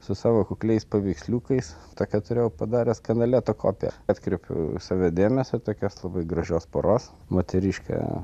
su savo kukliais paveiksliukais tokią turėjau padaręs kanaleto kopiją atkreipiau į save dėmesį tokios labai gražios poros moteriškę